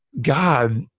God